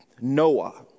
Noah